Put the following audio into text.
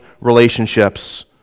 relationships